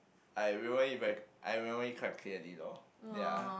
I remember it very I remember it quite clearly loh ya